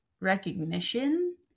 recognition